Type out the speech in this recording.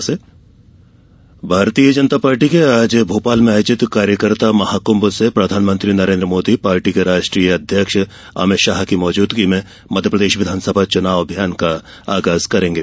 Mahakumbh Bharatiya Janata Party के आज भोपाल में आयोजित कार्यकर्ता महाकुंभ से प्रधानमंत्री नरेन्द्र मोदी पार्टी के राष्ट्रीय अध्यक्ष अभित शाह की मौजूदगी में मध्यप्रदेश विधानसभा चूनाव अभियान का आगाज करेगे